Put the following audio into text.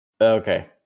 Okay